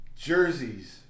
jerseys